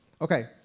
Okay